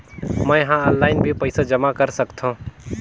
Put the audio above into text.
मैं ह ऑनलाइन भी पइसा जमा कर सकथौं?